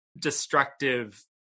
destructive